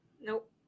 Nope